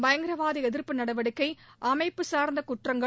பயங்கரவாத எதிர்ப்பு நடவடிக்கை அமைப்பு சார்ந்த குற்றங்கள்